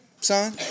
son